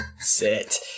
sit